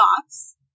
thoughts